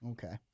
Okay